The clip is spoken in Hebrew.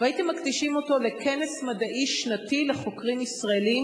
והייתם מקדישים אותו לכנס מדעי שנתי לחוקרים ישראלים,